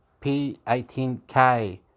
P18K